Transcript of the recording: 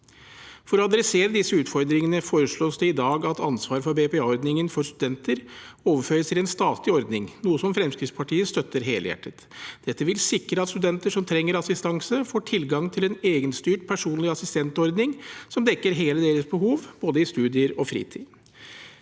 For å møte disse utfordringene foreslås det i dag at ansvaret for BPA-ordningen for studenter overføres til en statlig ordning, noe Fremskrittspartiet støtter helhjertet. Dette vil sikre at studenter som trenger assistanse, får tilgang til en egenstyrt personlig assistentordning som dekker hele deres behov, både i studier og i fritid.